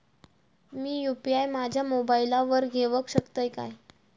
मी UPI माझ्या मोबाईलावर घेवक शकतय काय?